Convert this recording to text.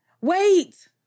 wait